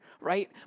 right